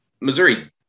Missouri